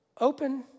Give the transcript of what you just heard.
open